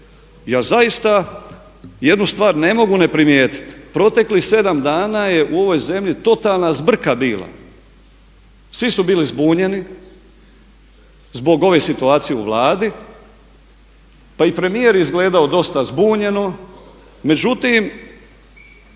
ja zaista jednu stvar ne mogu ne primijetiti. Proteklih sedam dana je u ovoj zemlji totalna zbrka bila, svi su bili zbunjeni zbog ove situacije u Vladi. Pa i premijer je izgledao dosta zbunjeno, međutim